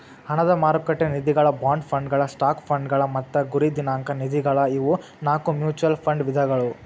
ಹಣದ ಮಾರುಕಟ್ಟೆ ನಿಧಿಗಳ ಬಾಂಡ್ ಫಂಡ್ಗಳ ಸ್ಟಾಕ್ ಫಂಡ್ಗಳ ಮತ್ತ ಗುರಿ ದಿನಾಂಕ ನಿಧಿಗಳ ಇವು ನಾಕು ಮ್ಯೂಚುಯಲ್ ಫಂಡ್ ವಿಧಗಳ